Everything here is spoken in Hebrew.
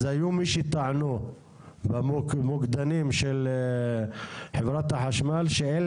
אז היו מי שטענו ואמרו כמוקדנים של חברת החשמל שאין